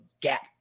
gap